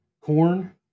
Corn